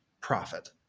profit